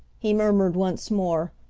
he murmured once more,